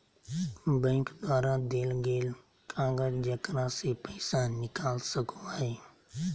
bank द्वारा देल गेल कागज जेकरा से पैसा निकाल सको हइ